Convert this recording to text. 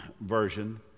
version